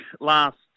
last